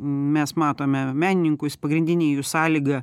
mes matome menininkus pagrindinė jų sąlygą